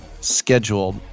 scheduled